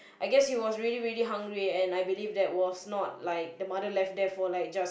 I guess he was really really hungry and I believe that was not like the mother left there for like just